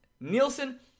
Nielsen